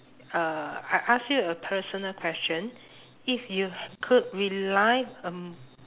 uh I ask you a personal question if you could relive um